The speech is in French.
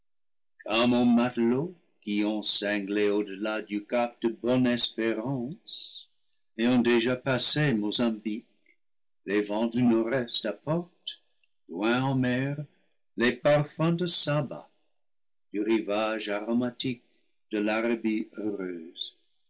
comme aux matelots qui ont cinglé au delà du cap de bonne-espérance et ont déjà passé mozambique les vents du nord-est apportent loin en mer les parfums de saba du rivage aromatique de larabie heureuse